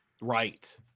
Right